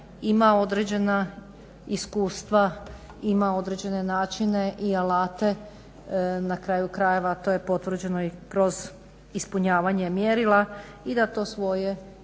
ima određena iskustva, ima određene načine i alate, na kraju krajeva to je potvrđeno i kroz ispunjavanje mjerila i da to svoje